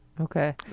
Okay